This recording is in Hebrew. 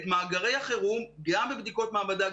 את מאגרי החירום גם בבדיקות מעבדה,